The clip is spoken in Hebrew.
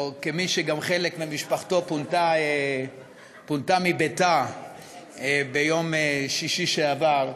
או כמי שגם חלק ממשפחתו פונתה מביתה ביום שישי שעבר,